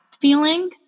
feeling